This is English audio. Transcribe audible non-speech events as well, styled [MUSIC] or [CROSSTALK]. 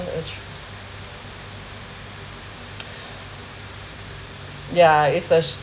actual [NOISE] [BREATH] yeah it's a